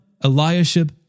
Eliashib